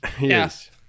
Yes